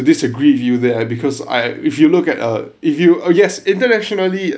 I disagree with you there because I if you look at uh if you oh yes internationally